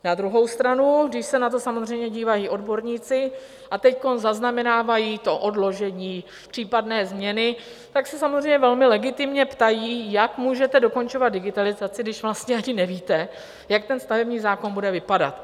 Na druhou stranu, když se na to samozřejmě dívají odborníci a teď zaznamenávají to odložení, případné změny, tak se samozřejmě velmi legitimně ptají, jak můžete dokončovat digitalizaci, když vlastně ani nevíte, jak ten stavební zákon bude vypadat.